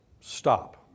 Stop